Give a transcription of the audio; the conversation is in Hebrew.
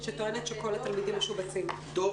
דב